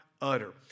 utter